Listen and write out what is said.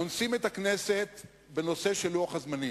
אונסים את הכנסת בנושא של לוח הזמנים.